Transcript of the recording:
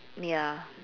ya